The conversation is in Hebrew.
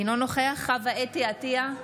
אינו נוכח חוה אתי עטייה,